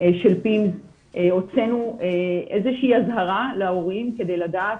של pims הוצאנו איזושהי אזהרה להורים כדי לדעת,